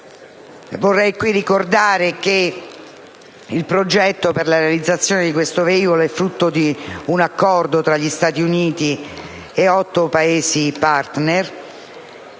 Vorrei qui ricordare che il progetto per la realizzazione di questo velivolo è frutto di un accordo tra gli Stati Uniti e otto Paesi *partner*,